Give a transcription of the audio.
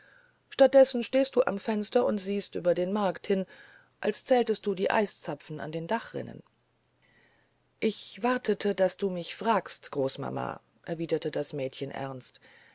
dessen stehst du am fenster und siehst über den markt hin als zähltest du die eiszapfen an den dachrinnen ich erwarte daß du mich fragst großmama er widerte das junge mädchen ernst